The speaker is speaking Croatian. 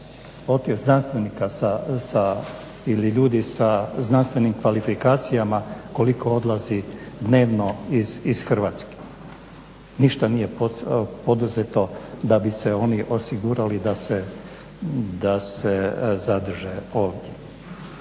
od znanstvenika ili ljudi sa znanstvenim kvalifikacijama koliko odlazi dnevno iz Hrvatske. Ništa nije poduzetno da bi se oni osigurali da se zadrže ovdje.